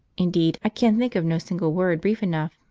indeed, i can think of no single word brief enough,